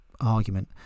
argument